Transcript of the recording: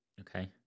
Okay